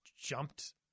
jumped